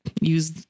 use